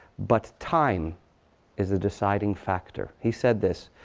but time is the deciding factor. he said this.